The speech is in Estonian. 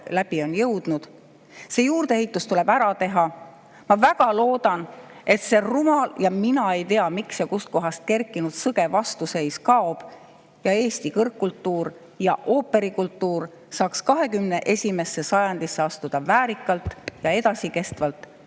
läbi on jõudnud. See juurdeehitus tuleb ära teha. Ma väga loodan, et see rumal ja – mina ei tea, miks ja kust kohast kerkinud – sõge vastuseis kaob ning Eesti kõrgkultuur ja ooperikultuur saab 21. sajandil edasi astuda väärikalt ja kestvalt,